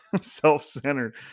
self-centered